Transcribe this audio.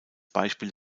beispiel